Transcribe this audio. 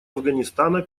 афганистана